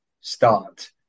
start